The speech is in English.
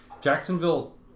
Jacksonville